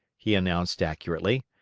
he announced accurately.